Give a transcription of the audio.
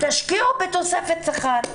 תשקיעו בתוספת שכר.